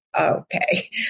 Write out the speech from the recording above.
okay